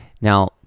Now